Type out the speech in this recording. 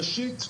ראשית,